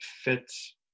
fits